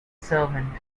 servant